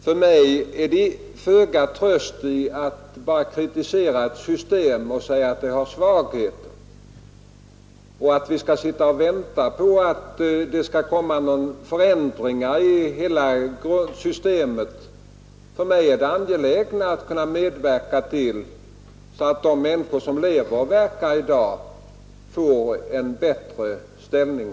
För mig ger det föga tröst att bara kritisera ett system, att säga att det har svagheter och vänta på att det skall ske en förändring. För mig är det angelägnare att kunna medverka till att de människor som lever och verkar i dag får en bättre ställning.